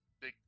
Big